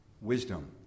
Wisdom